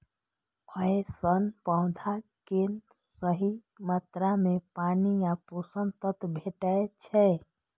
अय सं पौधा कें सही मात्रा मे पानि आ पोषक तत्व भेटै छै